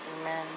Amen